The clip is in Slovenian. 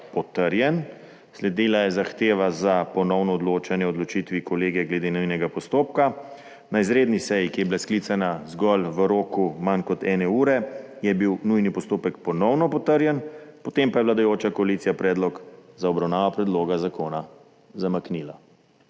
potrjen. Sledila je zahteva za ponovno odločanje o odločitvi Kolegija glede nujnega postopka. Na izredni seji, ki je bila sklicana zgolj v roku manj kot ene ure, je bil nujni postopek ponovno potrjen, potem pa je vladajoča koalicija predlog za obravnavo predloga zakona zamaknila.